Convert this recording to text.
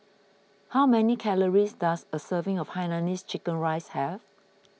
how many calories does a serving of Hainanese Chicken Rice have